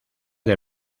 del